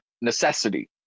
necessity